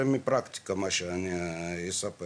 זה מהפרקטיקה מה שאני מספר